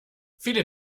viele